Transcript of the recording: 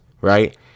right